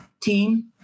team